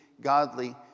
Godly